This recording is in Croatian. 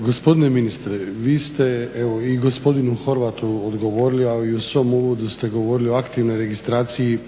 Gospodine ministre vi ste evo i gospodinu Horvatu odgovorili, a i u svom uvodu ste govorili o aktivnoj registraciji